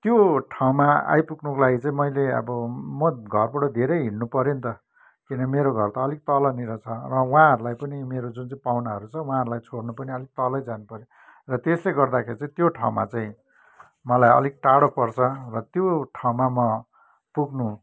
त्यो ठाउँमा आइपुग्नुको लागि चाहिँ मैले अब म घरबाट धेरै हिँड्नु पऱ्यो नि त किनभने मेरो घर त अलिक तलनिर छ उहाँहरूलाई पनि मेरो जुन चाहिँ पाहुनाहरू छ उहाँहरूलाई छोडनु पनि अलिक तलै जानु पऱ्यो र त्यसले गर्दाखेरि चाहिँ त्यो ठाउँमा चाहिँ मलाई अलिक टाढो पर्छ र त्यो ठाउँमा म पुग्नु